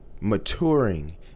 maturing